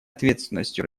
ответственностью